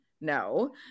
No